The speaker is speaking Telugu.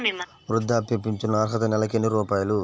వృద్ధాప్య ఫింఛను అర్హత నెలకి ఎన్ని రూపాయలు?